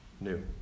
new